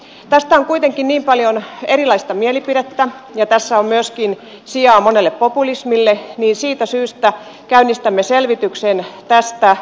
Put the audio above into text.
kun tästä on kuitenkin niin paljon erilaista mielipidettä ja tässä on myöskin sijaa monelle populismille niin siitä syystä käynnistämme selvityksen tästä